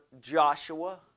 Joshua